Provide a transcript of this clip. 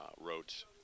wrote